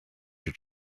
your